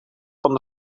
van